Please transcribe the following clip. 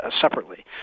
separately